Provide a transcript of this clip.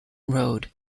road